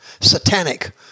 Satanic